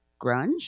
grunge